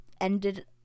ended